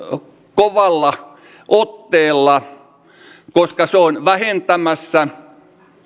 kovalla otteella koska se on vähentämässä